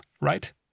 right